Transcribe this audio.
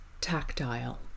Tactile